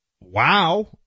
wow